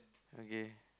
okay